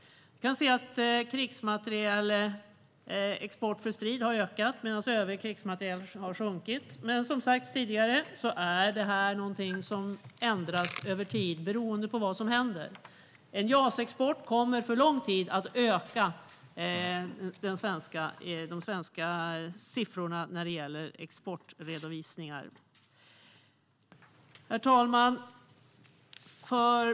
Vi kan se att krigsmaterielexport för strid har ökat medan övrig krigsmaterielexport har minskat. Men, som har sagts tidigare, detta är någonting som ändras över tid beroende på vad som händer. En JAS-export kommer för lång tid att öka de svenska siffrorna när det gäller exportredovisningar. Herr talman!